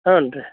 ಹ್ಞೂ ರೀ